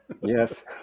yes